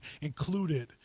included